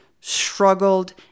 struggled